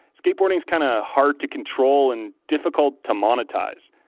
skateboarding is kind of hard to control and difficult to monetize.